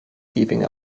keeping